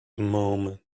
moment